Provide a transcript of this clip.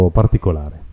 particolare